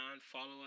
follow